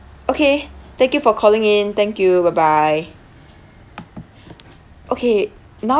okay thank you for calling in thank you bye bye okay now